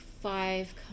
five